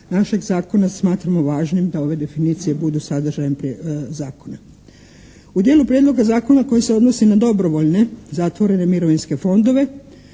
našeg zakona smatramo važnim da ove definicije budu sadržajem zakona. U dijelu prijedloga zakona koji se odnosi na dobrovoljne zatvorene mirovinske fondove